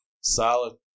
Solid